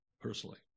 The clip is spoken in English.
personally